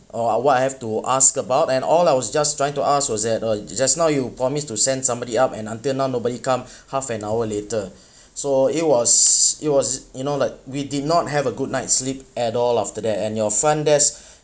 or what I have to ask about and all I was just trying to ask was that uh just now you promise to send somebody up and until now nobody come half an hour later so it was it was you know like we did not have a good night sleep at all after and your front desk